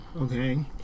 okay